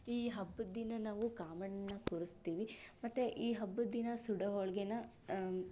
ಈ ಹಬ್ಬದ ದಿನ ನಾವು ಕಾಮಣ್ಣ ಕೂರಿಸ್ತಿವಿ ಮತ್ತೆ ಹಬ್ಬದ ದಿನ ಸುಡೋ ಹೋಳಿಗೇನ